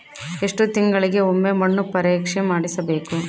ಎಷ್ಟು ತಿಂಗಳಿಗೆ ಒಮ್ಮೆ ಮಣ್ಣು ಪರೇಕ್ಷೆ ಮಾಡಿಸಬೇಕು?